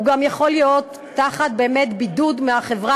הוא באמת גם יכול להיות בבידוד מהחברה,